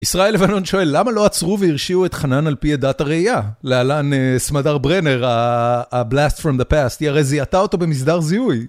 ישראל לבנון שואל, למה לא עצרו והרשיעו את חנן על פי עדת הראייה? לאלן סמדר ברנר, הבלאסט פרום דה פסט, היא הרי זיהתה אותו במסדר זיהוי.